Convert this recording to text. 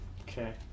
Okay